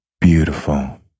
Beautiful